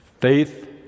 faith